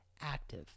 active